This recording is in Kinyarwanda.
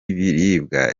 ibiribwa